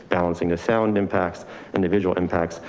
balancing the sound impacts individual impacts.